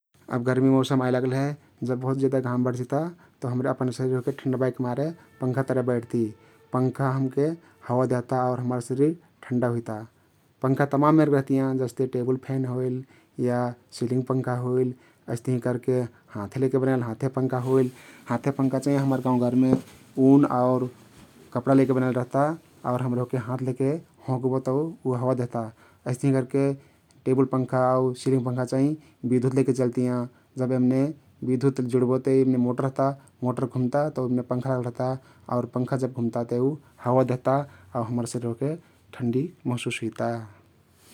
अब गर्मी मौषम आइलागल हे जब बहुत जेदा घाम बढजिता तउ हम्रे अपन शरिर ओहके ठण्डबाइकमारे पंखा तरे बैठ्ती । पंखा हमके हवा देहता आउ हम्मर शरिर ठण्ड हुइता । पंखा तमाम मेरके रहतियाँ जस्ते तेबुल फ्यान होइल या सिलिङ्ग पंखा होइल । अइस्तहिं करके हाथेले बनाइल हाथे पंखा होइल । हाथे पंखा चाहिं हम्मर गाउँ घरमे उन आउ कपडा लैके बनाइल रहता आउर हम्रे ओहके हाथ लैके हँउक्बो तउ उ हवा देहता । अइस। तहिं करके टेबुल पंखा आउ सिलिङ्ग पंखा चाहिं बिधुत लैके चल्तियाँ । जब यमने बिधुत जुड्बो ते यमने मोटर रहता, मोटर घुम्ता तउ यमने पंखा लागल रहता पंखा जब घुम्ता ते उ हवा देहता आउ हम्मर शरिर ओहके ठण्डी महसुस हुइता ।